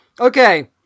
Okay